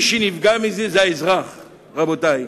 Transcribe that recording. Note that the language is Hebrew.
רבותי,